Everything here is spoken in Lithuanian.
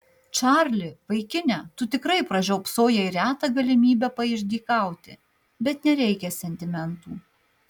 čarli vaikine tu tikrai pražiopsojai retą galimybę paišdykauti bet nereikia sentimentų